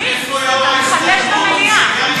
המילים שאתה מחדש במליאה.